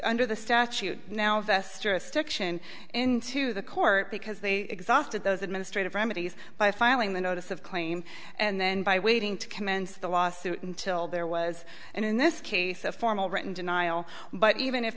under the statute now investor of stiction into the court because they exhausted those administrative remedies by filing the notice of claim and then by waiting to commence the lawsuit until there was in this case a formal written denial but even if